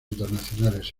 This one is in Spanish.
internacionales